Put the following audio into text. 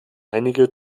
einige